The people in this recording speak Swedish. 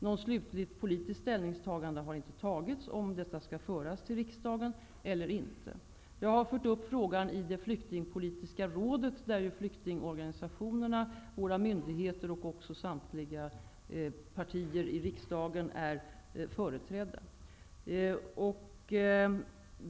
Något slutligt politiskt ställningstagande har inte gjorts om detta skall föras till riksdagen eller inte. Jag har tagit upp frågan i det flyktingpolitiska rådet, där flyktingorganisationerna, våra myndigheter och samtliga riksdagspartier är företrädda.